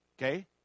Okay